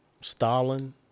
Stalin